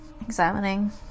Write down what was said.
examining